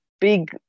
big